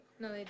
No